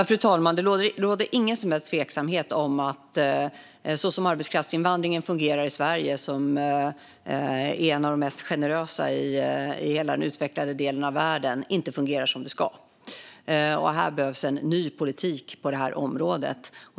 Fru talman! Det råder ingen som helst tveksamhet om att arbetskraftsinvandringen i Sverige - bland de mest generösa i hela den utvecklade delen av världen - inte fungerar som den ska. Det behövs en ny politik på detta område.